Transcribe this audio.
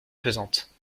pesante